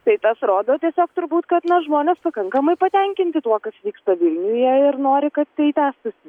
tai tas rodo tiesiog turbūt kad na žmonės pakankamai patenkinti tuo kas vyksta vilniuje ir nori kad tai tęstųsi